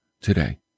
today